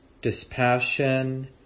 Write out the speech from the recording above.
dispassion